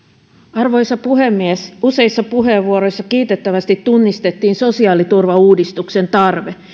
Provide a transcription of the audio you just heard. arvoisa puhemies useissa puheenvuoroissa kiitettävästi tunnistettiin sosiaaliturvauudistuksen tarve